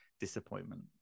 disappointment